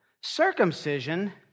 circumcision